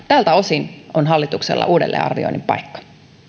tältä osin on hallituksella uudelleenarvioinnin paikka